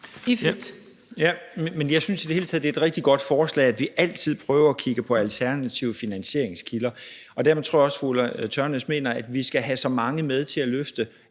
Jeg synes i det hele taget, det er et rigtig godt forslag, at vi altid prøver at kigge på alternative finansieringskilder. Og dermed tror jeg også, at fru Ulla Tørnæs mener, at vi skal have så mange med til at løfte